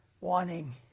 wanting